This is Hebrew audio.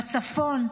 בצפון,